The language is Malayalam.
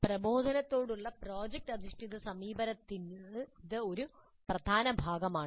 പ്രബോധനത്തോടുള്ള പ്രോജക്റ്റ് അധിഷ്ഠിത സമീപനത്തിൽ ഇത് ഒരു പ്രധാന ഭാഗമാണ്